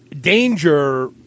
danger